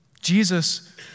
Jesus